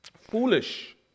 Foolish